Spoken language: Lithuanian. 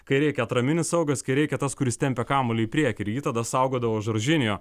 kai reikia atraminis saugas kai reikia tas kuris tempia kamuolį į priekį ir jį tada saugodavo žoržinjo